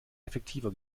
effektiver